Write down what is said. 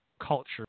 culture